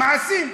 מעשים.